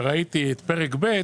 וראיתי את שינוי שיטת המדידה בפרק ב'